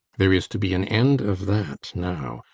there is to be an end of that now.